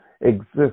exist